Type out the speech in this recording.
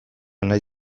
nahi